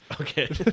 Okay